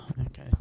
Okay